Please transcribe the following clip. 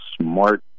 smart